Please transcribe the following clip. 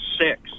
six